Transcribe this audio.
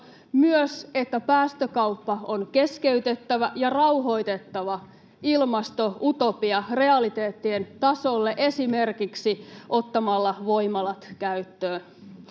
myös se, että päästökauppa on keskeytettävä ja on rauhoitettava ilmastoutopia realiteettien tasolle esimerkiksi ottamalla voimalat käyttöön.